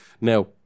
Now